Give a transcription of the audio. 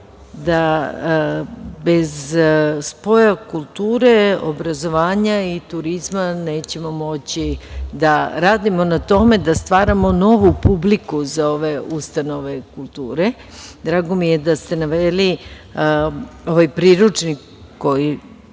da bez spoja kulture, obrazovanja i turizma nećemo moći da radimo na tome da stvaramo novu publiku za ove ustanove kulture. Drago mi je da ste naveli ovaj priručnik koji